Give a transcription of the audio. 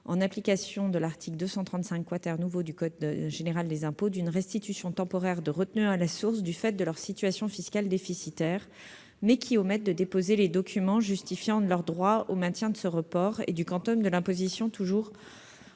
en application de l'article 235 nouveau du code général des impôts, d'une restitution temporaire de retenue à la source du fait de leur situation fiscale déficitaire, mais qui omettent de déposer les documents justifiant de leur droit au maintien de ce report et du quantum de l'imposition toujours